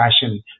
passion